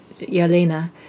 Yelena